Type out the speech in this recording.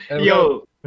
Yo